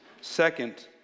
Second